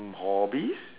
mm hobbies